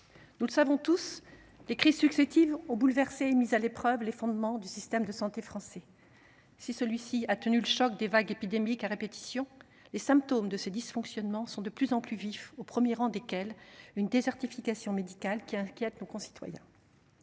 nous le savons tous, les crises successives ont bouleversé et mis à l’épreuve les fondements du système de santé français. Si celui ci a tenu le choc des vagues épidémiques à répétition, les symptômes de ces dysfonctionnements sont de plus en plus vifs, au premier rang desquels une désertification médicale qui inquiète nos concitoyens.